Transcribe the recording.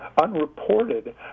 unreported